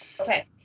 Okay